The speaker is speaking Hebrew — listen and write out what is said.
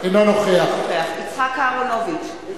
אינו נוכח יצחק אהרונוביץ,